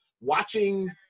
watching